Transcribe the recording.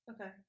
Okay